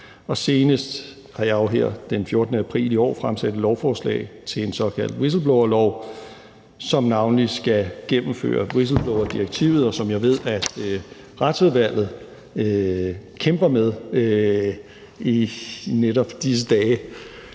og senest har jeg jo her den 14. april i år fremsat et lovforslag til en såkaldt whistleblowerlov, som navnlig skal gennemføre whistleblowerdirektivet, og som jeg ved Retsudvalget kæmper med i netop disse dage.